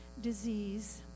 disease